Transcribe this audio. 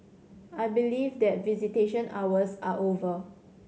I believe that visitation hours are over